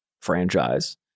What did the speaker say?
franchise